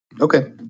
Okay